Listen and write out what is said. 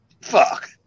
Fuck